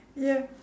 yeah